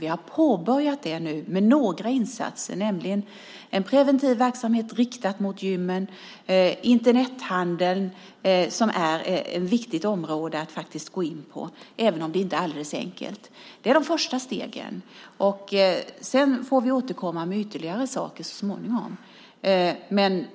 Vi har påbörjat det nu med några insatser, nämligen en preventiv verksamhet riktad mot gymmen och Internethandeln, som är ett viktigt område att gå in på, även om det inte är alldeles enkelt. Det är de första stegen, och sedan får vi återkomma med ytterligare saker så småningom.